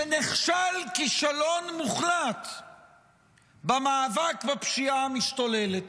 שנכשל כישלון מוחלט במאבק בפשיעה המשתוללת,